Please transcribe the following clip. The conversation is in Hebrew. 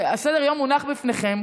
הסדר-יום מונח בפניכם,